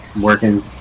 working